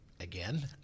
again